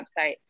website